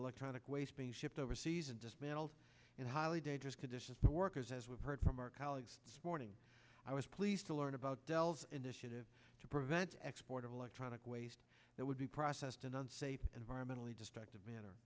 electronic waste being shipped overseas and dismantled in highly dangerous conditions the workers as we've heard from our colleagues this morning i was pleased to learn about dell's initiative to prevent export of electronic waste that would be processed in an unsafe environmentally destructive manner